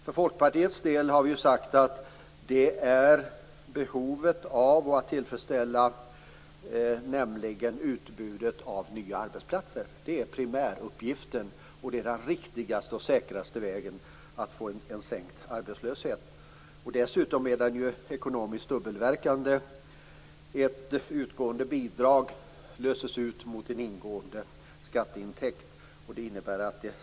För Folkpartiets del har vi sagt att primäruppgiften är att tillfredsställa behovet av nya arbetsplatser. Det är den riktigaste och säkraste vägen att få en sänkt arbetslöshet. Dessutom är den ekonomiskt dubbelverkande. Ett utgående bidrag löses ut mot en ingående skatteintäkt.